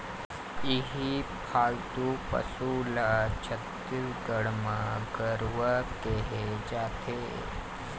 इहीं पालतू पशु ल छत्तीसगढ़ म गरूवा केहे जाथे